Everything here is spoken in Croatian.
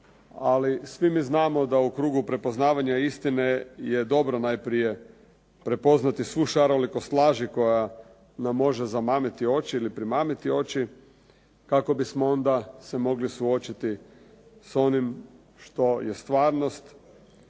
Ali svi mi znamo da u krugu prepoznavanja istine je dobro najprije prepoznati svu šarolikost laži koja nam može zamamiti oči ili primamiti oči kako bismo onda se mogli suočiti s onim što je stvarnost